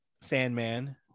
Sandman